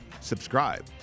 subscribe